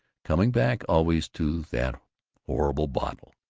coming back always to that horrible bottle.